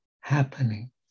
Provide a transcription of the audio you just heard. happening